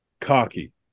cocky